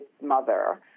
mother